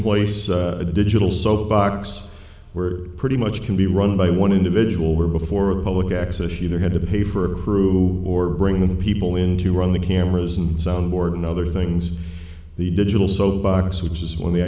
place a digital soapbox we're pretty much can be run by one individual where before the public access you had to pay for crew or bringing people in to run the cameras and sound board and other things the digital soapbox which is when the